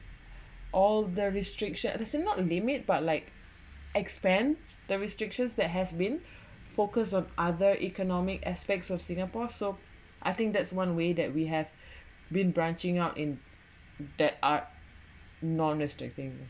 all the restriction as in not limit but like expand the restrictions that has been focus on other economic aspects of singapore so I think that's one way that we have been branching out in that art thing